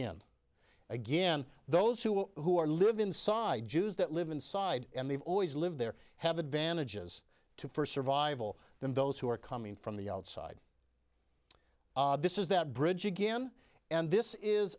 him again those who who are live inside jews that live inside and they've always lived there have advantages for survival than those who are coming from the outside this is that bridge again and this is